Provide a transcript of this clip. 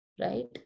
right